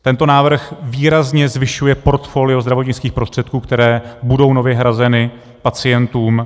Tento návrh výrazně zvyšuje portfolio zdravotnických prostředků, které budou nově hrazeny pacientům.